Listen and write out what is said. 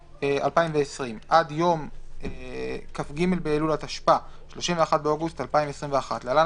2020) עד יום עד יום כ"ג באלול התשפ"א (31 באוגוסט 2021) (להלן,